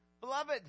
Beloved